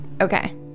okay